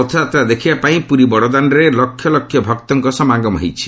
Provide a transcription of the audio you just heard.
ରଥଯାତ୍ରା ଦେଖିବାପାଇଁ ପୁରୀ ବଡ଼ଦାଣ୍ଡରେ ଲକ୍ଷ ଲକ୍ଷ ଭକ୍ତଙ୍କ ସମାଗମ ହୋଇଛି